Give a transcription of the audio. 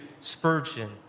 Spurgeon